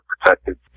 protected